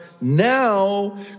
now